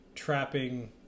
trapping